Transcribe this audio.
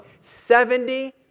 Seventy